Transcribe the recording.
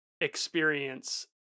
experience